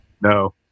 No